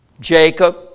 Jacob